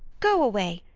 go away,